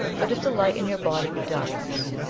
but if the light in your body be darkness,